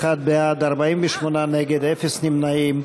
61 בעד, 48 נגד, אפס נמנעים.